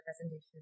presentation